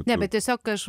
ne bet tiesiog aš